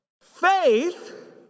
faith